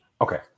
okay